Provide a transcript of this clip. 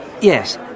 Yes